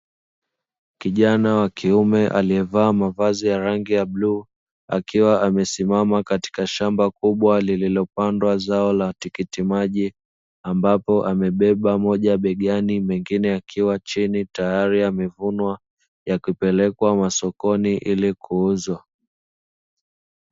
Kijana wa kiume aliyevaa mavazi ya rangi ya bluu, akiwa amesimama katika shamba kubwa lililopandwa zao la tikiti maji, ambapo amebeba moja begani mengine yakiwa chini tayari yamevunwa ya kupelekwa sokoni ili kuuzwa.